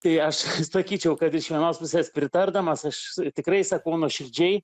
tai aš sakyčiau kad iš vienos pusės pritardamas aš tikrai sakau nuoširdžiai